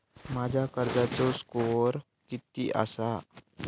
माझ्या कर्जाचो स्कोअर किती आसा?